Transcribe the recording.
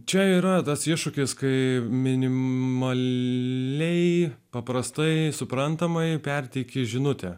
čia yra tas iššūkis kai minimaliai nei paprastai suprantamai perteikia žinutę